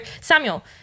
samuel